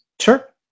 Sure